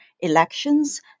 elections